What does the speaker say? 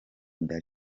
dar